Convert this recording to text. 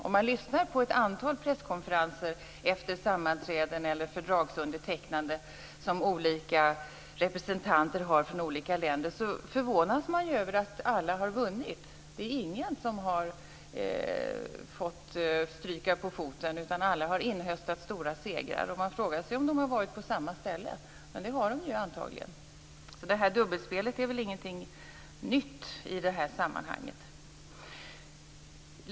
Om man lyssnar på ett antal presskonferenser efter sammanträden eller fördragsundertecknanden som olika representanter från olika länder håller förvånas man över att alla har vunnit. Det är ingen som har fått stryka på foten, utan alla har inhöstat stora segrar. Man kan fråga sig om de har varit på samma ställe, men det har de ju antagligen. Detta dubbelspel är väl ingenting nytt i det här sammanhanget.